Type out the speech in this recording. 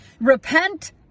Repent